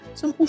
som